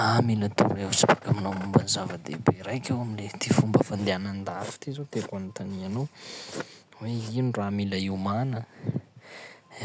Aah mila torohevitry baka aminao momba ny zava-dehibe raiky aho amin'le- ity fomba fandehana andafy ty zao tieko anontania anao hoe: ino raha mila iomana?